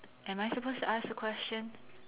am I supposed to ask the question